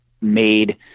made